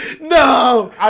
no